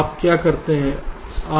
आप क्या करते हो